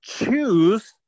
choose